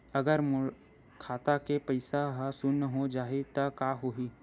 अगर मोर खाता के पईसा ह शून्य हो जाही त का होही?